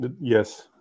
Yes